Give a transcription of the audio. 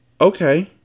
Okay